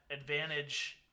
advantage